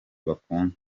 bakunda